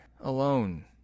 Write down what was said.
alone